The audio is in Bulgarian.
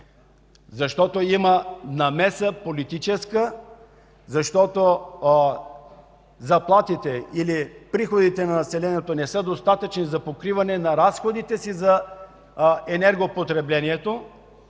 защото има политическа намеса. Заплатите или приходите на населението не са достатъчни за покриване на разходите за енергопотреблението